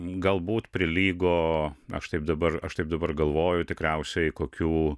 galbūt prilygo aš taip dabar aš taip dabar galvoju tikriausiai kokių